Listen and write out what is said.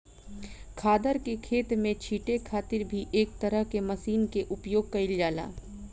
खादर के खेत में छींटे खातिर भी एक तरह के मशीन के उपयोग कईल जाला